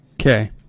Okay